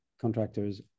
contractors